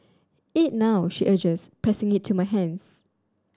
eat now she urges pressing it to my hands